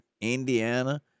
Indiana